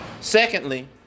Secondly